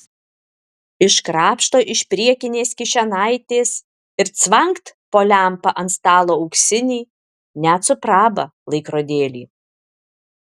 iškrapšto iš priekinės kišenaitės ir cvangt po lempa ant stalo auksinį net su praba laikrodėlį